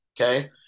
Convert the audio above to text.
okay